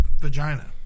vagina